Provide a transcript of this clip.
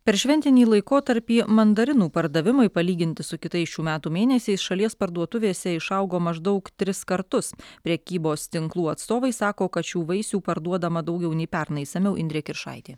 per šventinį laikotarpį mandarinų pardavimai palyginti su kitais šių metų mėnesiais šalies parduotuvėse išaugo maždaug tris kartus prekybos tinklų atstovai sako kad šių vaisių parduodama daugiau nei pernai išsamiau indrė kiršaitė